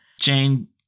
Jane